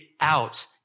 out